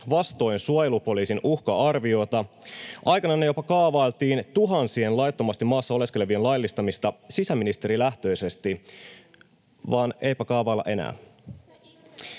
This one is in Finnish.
vastoin suojelupoliisin uhka-arviota. Aikananne jopa kaavailtiin tuhansien laittomasti maassa oleskelevien laillistamista sisäministerilähtöisesti, vaan eipä kaavailla enää.